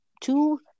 two